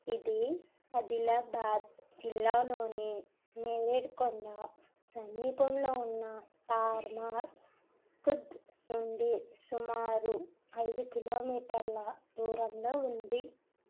ఇది ఆదిలాబాదు జిల్లాలోని నేరెడిగొండ సమీపంలో వున్న తర్నామ్ ఖుర్ద్ నుండి సుమారు ఐదు కిలోమీటర్ల దూరంలో ఉంది